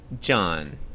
John